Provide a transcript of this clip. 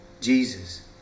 jesus